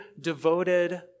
devoted